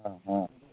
അ ആ